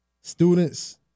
Students